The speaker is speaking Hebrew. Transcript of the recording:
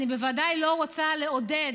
אני בוודאי לא רוצה לעודד